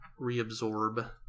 reabsorb